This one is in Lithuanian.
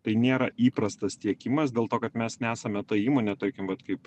tai nėra įprastas tiekimas dėl to kad mes nesame ta įmonė tarkim vat kaip